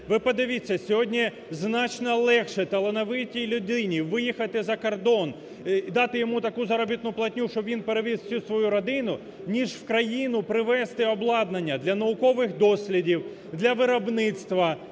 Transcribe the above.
Ви подивіться, сьогодні значно легше талановитій людині виїхати за кордон, дати йому таку заробітну платню, щоб він перевіз всю свою родину, ніж в країну привезти обладнання для наукових дослідів, для виробництва,